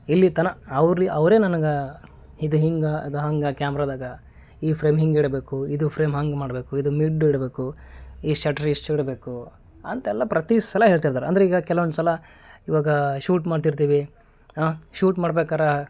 ಇಲ್ಲಿತನ ಅವ್ರ್ಲಿ ಅವ್ರೇ ನನ್ಗ ಇದು ಹಿಂಗೆ ಅದು ಹಂಗ ಕ್ಯಾಮ್ರದಾಗ ಈ ಫ್ರೇಮ್ ಹಿಂಗಿಡಬೇಕು ಇದು ಫ್ರೇಮ್ ಹಂಗೆ ಮಾಡಬೇಕು ಇದು ಮಿಡ್ ಇಡಬೇಕು ಈ ಶಟ್ರ್ ಇಷ್ಟು ಇಡಬೇಕು ಅಂತೆಲ್ಲ ಪ್ರತಿ ಸಲ ಹೇಳ್ತಿದ್ದಾರೆ ಅಂದ್ರೀಗ ಕೆಲವೊಂದ್ಸಲ ಇವಾಗ ಶೂಟ್ ಮಾಡ್ತಿರ್ತೀವಿ ಹಾಂ ಶೂಟ್ ಮಾಡ್ಬೇಕಾರ